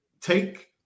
take